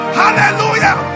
hallelujah